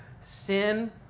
Sin